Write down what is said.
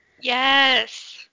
Yes